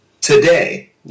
Today